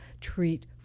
treat